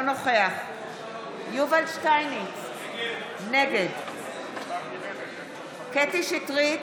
אינו נוכח יובל שטייניץ, נגד קטי קטרין שטרית,